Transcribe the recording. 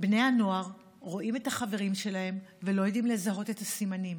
בני הנוער רואים את החברים שלהם ולא יודעים לזהות את הסימנים,